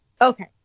Okay